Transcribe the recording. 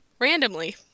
randomly